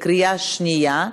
בקריאה שנייה.